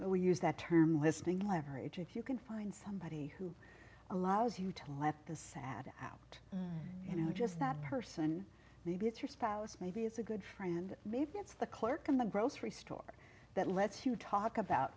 o use that term listening leverage if you can find somebody who allows you to let the sad out you know just that person maybe it's your spouse maybe it's a good friend maybe it's the clerk of the grocery store that lets you talk about